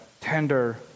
tender